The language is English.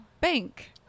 bank